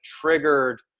triggered